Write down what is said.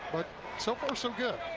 but so far so good.